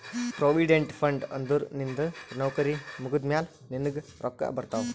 provident fund ಅಂದುರ್ ನಿಂದು ನೌಕರಿ ಮುಗ್ದಮ್ಯಾಲ ನಿನ್ನುಗ್ ರೊಕ್ಕಾ ಬರ್ತಾವ್